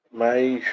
mas